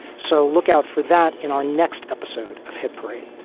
so look out for that in our next episode of hit parade